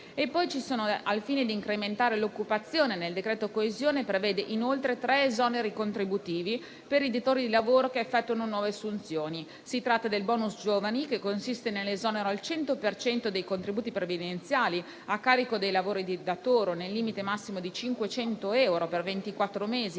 Al fine di incrementare l'occupazione, il decreto coesione prevede inoltre tre esoneri contributivi per i datori di lavoro che effettuano nuove assunzioni. Si tratta del *bonus* giovani, che consiste nell'esonero al 100 per cento dei contributi previdenziali a carico dei datori di lavoro, nel limite massimo di 500 euro per